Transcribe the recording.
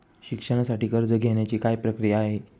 शिक्षणासाठी कर्ज घेण्याची काय प्रक्रिया आहे?